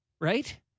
Right